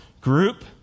group